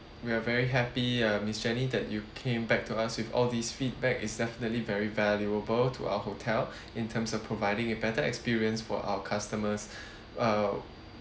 we are very happy uh miss jenny that you came back to us with all these feedback it's definitely very valuable to our hotel in terms of providing a better experience for our customers uh